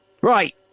Right